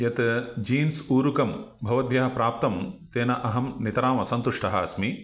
यत् जीन्स् ऊरुकं भवद्भ्यः प्राप्तं तेन अहं नितराम् असन्तुष्टः अस्मि